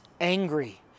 angry